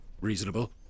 Reasonable